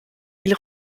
ils